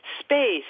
space